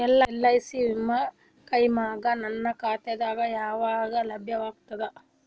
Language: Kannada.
ಎಲ್.ಐ.ಸಿ ವಿಮಾ ಕ್ಲೈಮ್ ನನ್ನ ಖಾತಾಗ ಯಾವಾಗ ಲಭ್ಯವಾಗತದ?